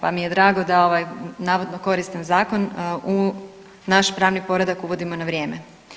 Pa mi je drago da ovaj navodno koristan zakon u naš pravni poredak uvodimo na vrijeme.